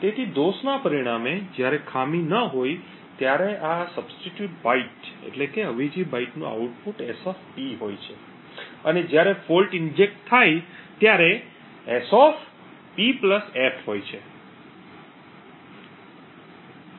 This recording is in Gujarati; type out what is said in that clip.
તેથી દોષના પરિણામે જ્યારે ખામી ન હોય ત્યારે આ અવેજી બાઇટનું આઉટપુટ SP હોય છે અને જ્યારે ફોલ્ટ ઇન્જેક્ટ થાય ત્યારે SP f હોય છે